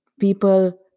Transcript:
people